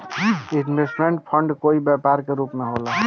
investment fund कोई व्यापार के रूप में होला